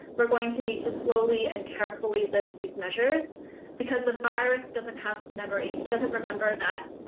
we're going to need to slowly and carefully lift these measures because the virus doesn't have memory. it doesn't remember that,